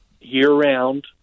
year-round